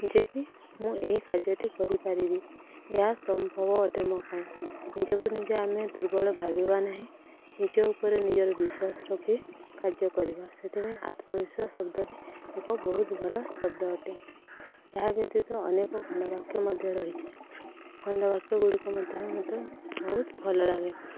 ଯେ କିି ମୁଁ ଏହି କାର୍ଯ୍ୟଟି କରିପାରିବି ଏହା ସମ୍ଭବ ଅଟେ ମୋ ପାଇଁ ନିଜକୁ ନିଜେ ଆମେ ଦୁର୍ବଳ ଭାବିବା ନାହିଁ ନିଜ ଉପରେ ନିଜର ବିଶ୍ୱାସ ରଖି କାର୍ଯ୍ୟ କରିବା ସେଥିପାଇଁ ଆତ୍ମବିଶ୍ୱାସ ଶବ୍ଦଟି ଏକ ବହୁତ ଭଲ ଶବ୍ଦ ଅଟେ ଏହା ବ୍ୟତୀତ ଅନେକ ଖଣ୍ଡବାକ୍ୟ ମଧ୍ୟ ରହିଛି ଖଣ୍ଡବାକ୍ୟ ଗୁଡ଼ିକ ମଧ୍ୟ ମୋତେ ବହୁତ ଭଲ ଲାଗେ